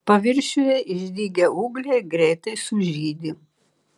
paviršiuje išdygę ūgliai greitai sužydi